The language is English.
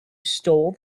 stole